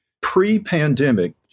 Pre-pandemic